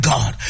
God